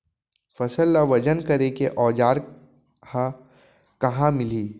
फसल ला वजन करे के औज़ार हा कहाँ मिलही?